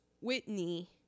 Whitney